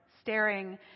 Staring